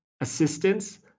assistance